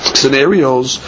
scenarios